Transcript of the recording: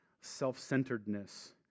self-centeredness